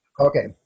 Okay